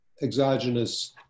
exogenous